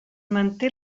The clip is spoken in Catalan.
manté